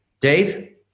Dave